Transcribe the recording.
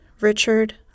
Richard